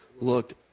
looked